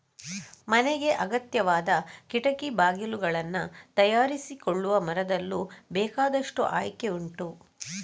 ಮನೆಗೆ ಅಗತ್ಯವಾದ ಕಿಟಕಿ ಬಾಗಿಲುಗಳನ್ನ ತಯಾರಿಸಿಕೊಳ್ಳುವ ಮರದಲ್ಲೂ ಬೇಕಾದಷ್ಟು ಆಯ್ಕೆ ಉಂಟು